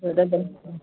ꯑꯗꯨꯗ ꯑꯗꯨꯝ ꯎꯝ